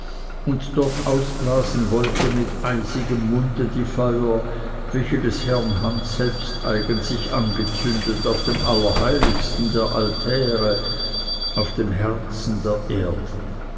und dort ausblasen wollte mit eisigem munde die feuer welche des herrn hand selbsteigen sich angezündet auf dem allerheiligsten der altäre auf dem herzen der erden